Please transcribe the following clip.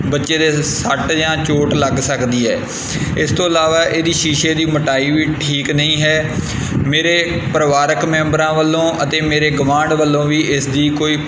ਬੱਚੇ ਦੇ ਸ ਸੱਟ ਜਾਂ ਚੋਟ ਲੱਗ ਸਕਦੀ ਹੈ ਇਸ ਤੋਂ ਇਲਾਵਾ ਇਹਦੀ ਸ਼ੀਸ਼ੇ ਦੀ ਮੋਟਾਈ ਵੀ ਠੀਕ ਨਹੀਂ ਹੈ ਮੇਰੇ ਪਰਿਵਾਰਿਕ ਮੈਂਬਰਾਂ ਵੱਲੋਂ ਅਤੇ ਮੇਰੇ ਗੁਆਂਢ ਵੱਲੋਂ ਵੀ ਇਸ ਦੀ ਕੋਈ